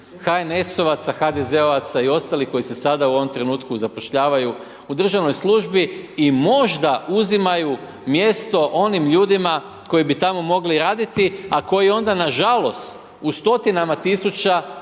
HNS-ovaca, HDZ-ovaca i ostalih koji se sada u ovom trenutku zapošljavaju u državnoj službi i možda uzimaju mjesto onim ljudima koji bi tamo mogli raditi a koji onda nažalost u stotinama tisuća